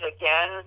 again